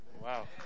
Wow